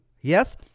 yes